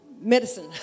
Medicine